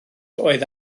oedd